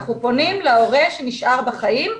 אנחנו פונים להורה שנשאר בחיים,